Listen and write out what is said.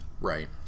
Right